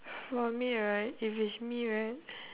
for me right if it's me right